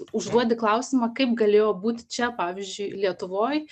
užduodi klausimą kaip galėjo būti čia pavyzdžiui lietuvoj